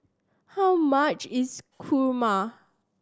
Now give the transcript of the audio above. how much is kurma